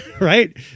right